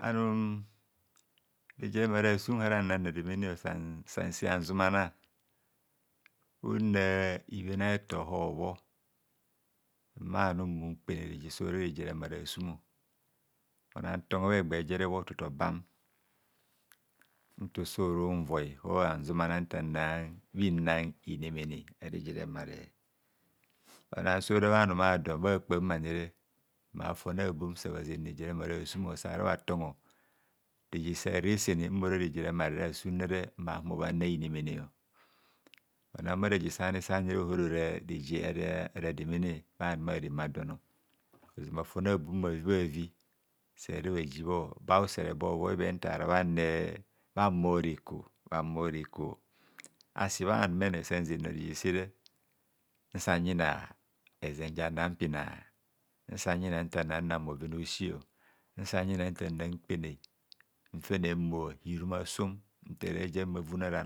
Anum reje remare asum nhara nna rademene san se habzumana, unna ibhen a'etor hobho mmanum mmunkpene reje so ra reje remare asum onan tongho bhe gbajere tutu obam, nto su run voi ho hanzumana nta nna bhina inemene reje remare onan so ra bhanuma don bhakpamanire fon beim sa bha zen reje remare asum sahara bhan tom, reje sa resone mmora rejeremare asum mma humo bhana inemene ona bhareje sani sani ohorora reje rademene bha numa rem adon ozoma fon abum bhavibhavi sara bhaji bho ba usere bo voi be nta rabhanre bhan bhoa rekor bhan bho rekor asi bha numene san zennor oja reje sere nsan yina ezen ja nnan pina, nsan yina ntanan nan bhoven a osi sanyina atana mkprre nfene mmoa anum mma bha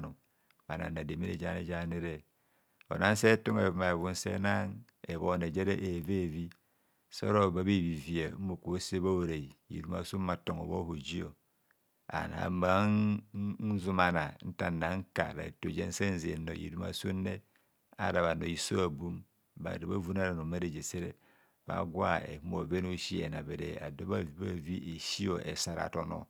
na rademene jani jamre onang se tama hevuma hevum se na ebhone jere evevi sororo ba bhivivia mmoko se bha horai hirumasum bhatama bho hijio ma mman zumana ntar nna ka rato jansan zenor hiruma summe ara bhanor hiso abum bara bhavune ara num bhare jesere bhakubho bhahen bheven a'osi bhasi esa ratono